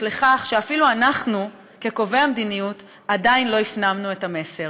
לכך שאפילו אנחנו כקובעי המדיניות עדיין לא הפנמנו את המסר.